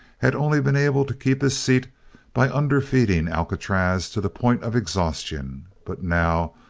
had only been able to keep his seat by underfeeding alcatraz to the point of exhaustion but now,